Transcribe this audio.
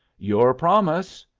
your promise!